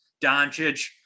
Doncic